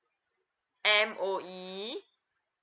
M_O_E